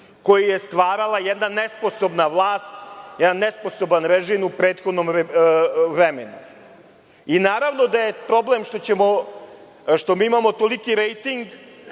koji je stvarala jedna nesposobna vlast, jedan nesposoban režim u prethodnom vremenu. Naravno, problem je što imamo toliki rejting